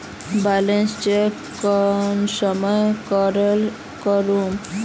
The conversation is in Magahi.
बैलेंस चेक कुंसम करे करूम?